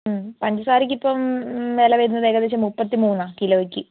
പഞ്ചസാരക്ക് ഇപ്പം വില വരുന്നത് ഏകദേശം മുപ്പത്തി മൂന്നാണ് കിലോയ്ക്ക്